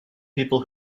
people